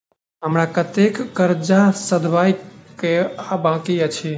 हमरा कतेक कर्जा सधाबई केँ आ बाकी अछि?